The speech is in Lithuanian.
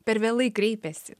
per vėlai kreipiasi